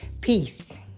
Peace